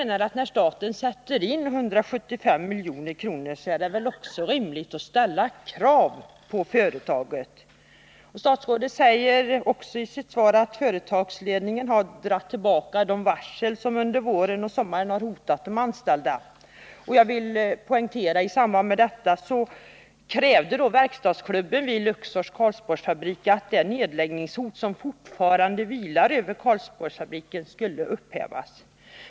När staten satsar 175 milj.kr. är det väl också rimligt att ställa krav på företaget. Statsrådet säger också i sitt svar att företagsledningen har dragit tillbaka de varsel som under våren och sommaren har hotat de anställda. I detta sammanhang vill jag poängtera att verkstadsklubben vid Luxors Karlsborgsfabrik krävde att det nedläggningshot som fortfarande vilar över Karlsborgsfabriken skulle upphävas.